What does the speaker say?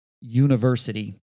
university